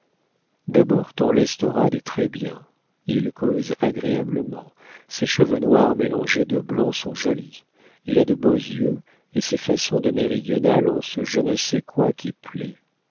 d'abord ton l'estorade est très-bien il cause agréablement ses cheveux noirs mélangés de blancs sont jolis il a de beaux yeux et ses façons de méridional ont ce je ne sais quoi qui plaît